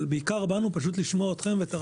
אבל בעיקר באנו פשוט לשמוע אתכם ואת הרעיונות,